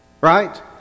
Right